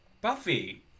buffy